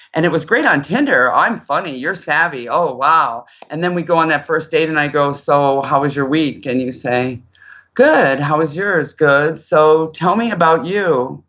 and it was great on tinder. i'm funny, you're savvy, wow, and then we go on that first date and i go so how was your week and you say good, how was yours? good. so tell me about you.